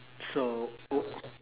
so o~